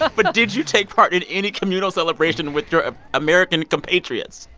but but did you take part in any communal celebration with your ah american compatriots?